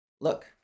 look